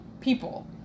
people